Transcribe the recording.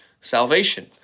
salvation